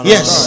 Yes